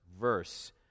verse